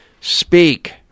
speak